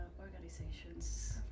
organization's